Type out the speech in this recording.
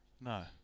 No